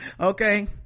Okay